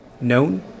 known